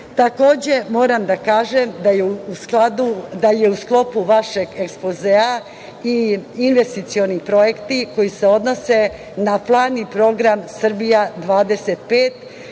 decu. Takođe, moram da kažem da je u sklopu vašeg ekspozea i investicioni projekti koji se odnose na plan i program „Srbija 2025“